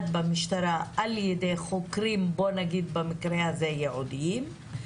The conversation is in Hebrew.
במשטרה על ידי חוקרים ייעודים במקרה הזה,